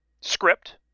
script